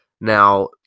Now